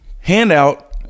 Handout